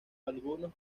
algunos